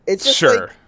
Sure